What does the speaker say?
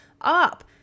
up